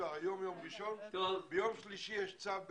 שביום שלישי יש צו בתוקף.